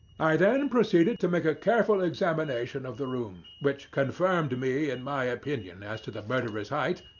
i then and proceeded to make a careful examination of the room, which confirmed me in my opinion as to the murderer's height,